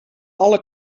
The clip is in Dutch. alle